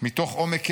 מתוך עומק כאבו,